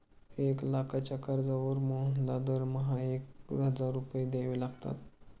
एक लाखाच्या कर्जावर मोहनला दरमहा एक हजार रुपये द्यावे लागतात